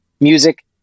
music